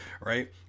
right